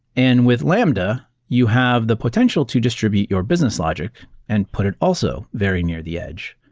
and with lambda, you have the potential to distribute your business logic and put it also very near the edge.